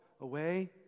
Away